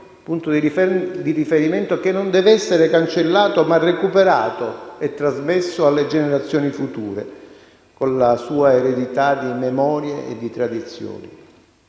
punto di riferimento che non deve essere cancellato, ma recuperato e trasmesso alle generazioni future, con la sua eredità di memorie e di tradizioni.